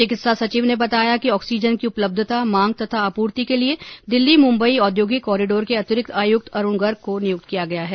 चिकित्सा सचिव ने बताया कि ऑक्सीजन की उपलब्धता मांग तथा आपूर्ति के लिए दिल्ली मुम्बई औद्योगिक कॉरिडोर के अतिरिक्त आयुक्त अरुण गर्ग को नियुक्त किया गया है